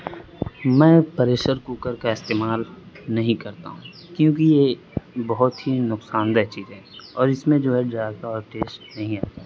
میں pressure cooker کا استعمال نہیں کرتا ہوں کیونکہ یہ بہت ہی نقصان دہ چیزیں ہیں اور اس میں جو ہے ذائقہ اور ٹیسٹ نہیں آتا